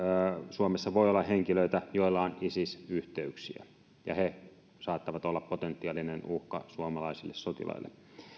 suomessa voi olla henkilöitä joilla on isis yhteyksiä ja he saattavat olla potentiaalinen uhka suomalaisille sotilaille